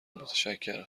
متشکرم